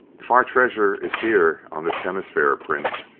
if our treasure is here on this hemisphere, prince,